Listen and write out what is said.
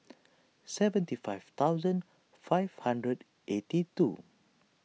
seventy five thousand five hundred eighty two